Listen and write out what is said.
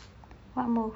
what move